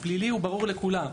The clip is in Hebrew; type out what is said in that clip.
הפלילי ברור לכולם,